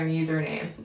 username